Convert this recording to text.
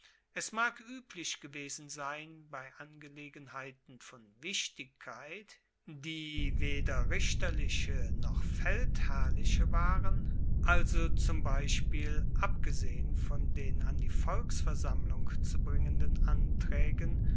es mag ueblich gewesen sein bei angelegenheiten von wichtigkeit die weder richterliche noch feldherrliche waren also zum beispiel abgesehen von den an die volksversammlung zu bringender antraegen